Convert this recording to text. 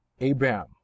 abraham